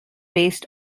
based